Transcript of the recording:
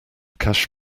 cash